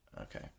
Okay